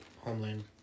homeland